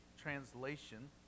Translation